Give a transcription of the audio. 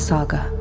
Saga